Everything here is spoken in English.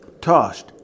tossed